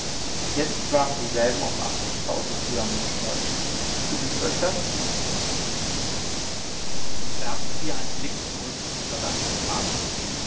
jetzt waren dieselben auf achtzigtausend zusammengeschmolzen genügt euch das werfen wir einen blick zurück in die vergangenen tage